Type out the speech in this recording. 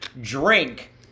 drink